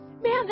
Man